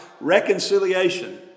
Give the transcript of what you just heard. reconciliation